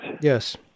Yes